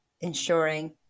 ensuring